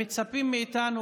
הם מצפים מאיתנו,